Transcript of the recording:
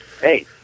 hey